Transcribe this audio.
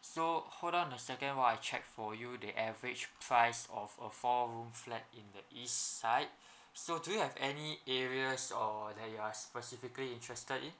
so hold on a second while I check for you the average size of a four room flat in the east side so do you have any areas or that you are specifically interested in